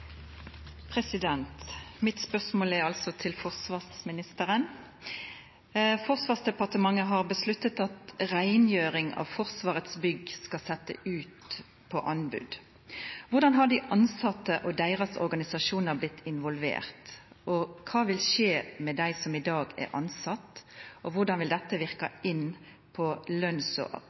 Mitt spørsmål er altså til forsvarsministeren: «Forsvarsdepartementet har besluttet at reingjøring av Forsvarets bygg skal settes ut på anbud. Hvordan har de ansatte og deres organisasjoner blitt involvert, hva vil skje med dem som i dag er ansatt, og hvordan vil dette virke inn på deres lønns- og